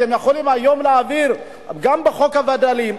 אתם יכולים היום להעביר גם בחוק הווד"לים,